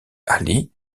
ali